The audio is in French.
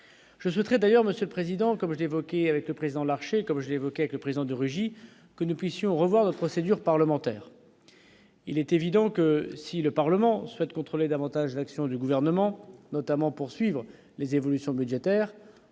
Je souhaiterais d'ailleurs Monsieur le Président, que vous évoquez, avec le président de l'Arche et comme j'ai évoqué avec le président de Russie que nous puissions, revoir la procédure parlementaire. Il est évident que si le Parlement souhaite contrôler davantage l'action du gouvernement, notamment pour suivre les évolutions budgétaires